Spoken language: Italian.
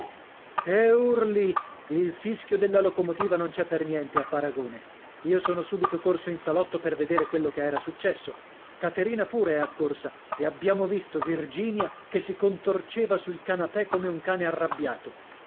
che urli il fischio della locomotiva non c'è per niente a paragone io sono subito corso in salotto per vedere quello che era successo caterina pure è accorsa e abbiamo visto virginia che si contorceva sul canapè come un cane arrabbiato